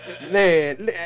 Man